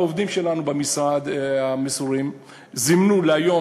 העובדים המסורים שלנו במשרד זימנו להיום